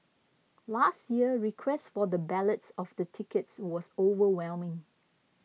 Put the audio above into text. last year request for the ballots of the tickets was overwhelming